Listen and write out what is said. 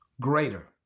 greater